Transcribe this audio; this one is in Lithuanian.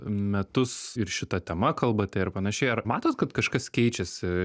metus ir šita tema kalbate ir panašiai ar matot kad kažkas keičiasi